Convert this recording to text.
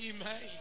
Amen